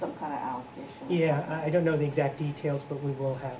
some kind of yeah i don't know the exact details but we will have